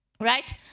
right